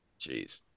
Jeez